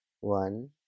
one